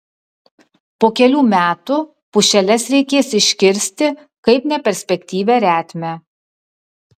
po kelių metų pušeles reikės iškirsti kaip neperspektyvią retmę